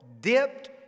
dipped